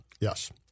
Yes